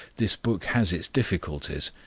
this book has its difficulties.